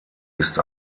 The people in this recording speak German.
ist